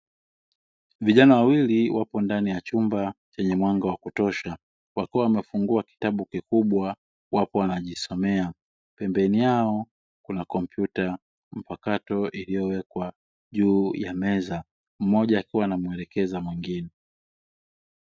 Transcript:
Vijana wawili wapo ndani ya chumba chenye mwanga wa kutosha, wakiwa wamefungua kitabu kikubwa wapo wanajisomea. Pembeni yao kuna kompyuta mpakato iliyo wekwa juu ya meza, mmoja akiwa ana mwelekeza mwingine.